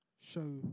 show